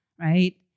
right